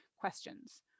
questions